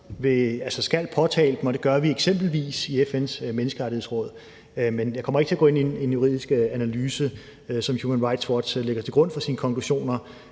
skal påtale dem, og det gør vi eksempelvis i FN's Menneskerettighedsråd. Men jeg kommer ikke til at gå ind i en juridisk analyse, som Human Rights Watch lægger til grund for sine konklusioner